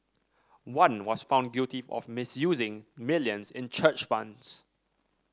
one was found guilty of misusing millions in church funds